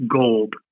gold